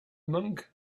monk